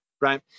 right